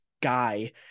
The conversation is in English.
guy